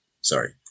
Sorry